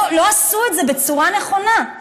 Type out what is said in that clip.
לא עשו את זה בצורה נכונה.